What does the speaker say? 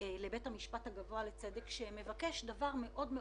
לבית המשפט הגבוה לצדק שמבקש דבר מאוד בסיסי.